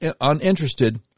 uninterested